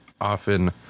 often